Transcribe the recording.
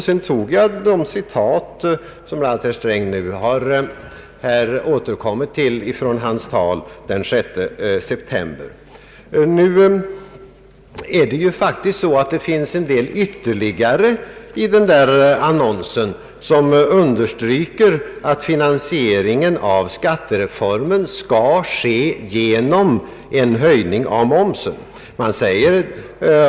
Sedan citerade jag ur herr Strängs tal av den 6 september, vilket han nu själv har återkommit till. Det finns faktiskt ytterligare en del saker i den där annonsen som understryker att finansieringen av skattereformen skall ske genom en höjning av momsen.